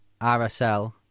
RSL